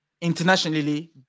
internationally